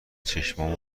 چشمام